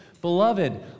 Beloved